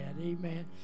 Amen